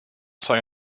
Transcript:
sei